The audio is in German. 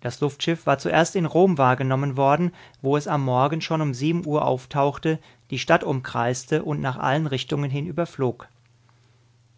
das luftschiff war zuerst in rom wahrgenommen worden wo es am morgen schon um sieben uhr auftauchte die stadt umkreiste und nach allen richtungen hin überflog